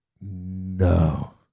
No